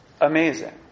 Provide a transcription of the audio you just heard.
amazing